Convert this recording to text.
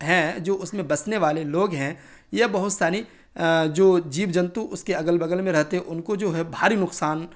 ہیں جو اس میں بسنے والے لوگ ہیں یہ بہت ساری جو جیو جنتو اس کے اگل بغل میں رہتے ہیں ان کو جو ہے بھاری نقصان